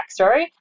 backstory